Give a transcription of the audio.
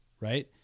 right